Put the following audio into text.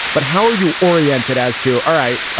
but how are you oriented as two? all right.